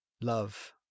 Love